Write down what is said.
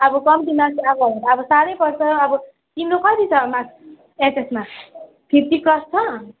अब कम्ती मार्क्स आएको हो भने त अब साह्रै पर्छ अब तिम्रो कति छ मार्क्स एचएसमा फिफ्टी क्रस छ